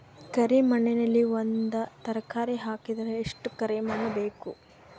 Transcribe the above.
ಕರಿ ಮಣ್ಣಿನಲ್ಲಿ ಒಂದ ತರಕಾರಿ ಹಾಕಿದರ ಎಷ್ಟ ಕರಿ ಮಣ್ಣು ಬೇಕು?